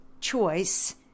choice